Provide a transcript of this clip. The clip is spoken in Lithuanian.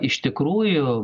iš tikrųjų